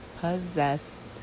possessed